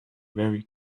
very